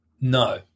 No